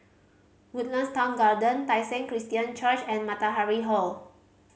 Woodlands Town Garden Tai Seng Christian Church and Matahari Hall